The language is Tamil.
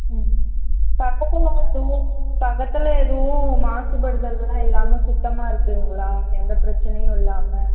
ம் பக்கத்தில் எதுவும் பக்கத்தில் எதுவும் மாசுபடுதல் எல்லாம் இல்லாமல் சுத்தமாக இருக்குதுங்களா எந்த பிரச்சினையும் இல்லாமல்